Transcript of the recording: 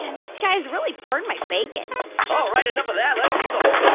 and these guys really burn my bacon all right, enough of that. let's hear the whole